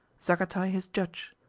zagatai his judge,